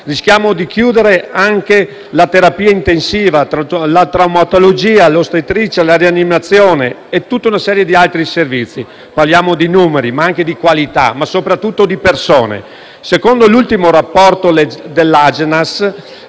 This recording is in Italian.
Rischiano di chiudere anche la terapia intensiva, la traumatologia, l'ostetricia, la rianimazione e tutta una serie di altri servizi. Parliamo di numeri, ma anche di qualità, e soprattutto di persone. Secondo l'ultimo rapporto dell'Agenas,